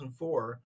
2004